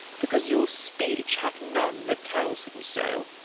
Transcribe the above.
because your speech hath none that tells him so?